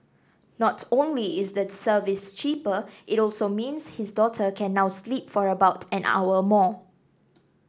not only is the service cheaper it also means his daughter can now sleep for about an hour more